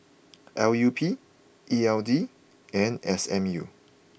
L U P E L D and S M U